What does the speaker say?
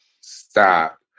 Stop